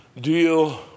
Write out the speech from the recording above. deal